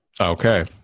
Okay